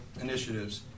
initiatives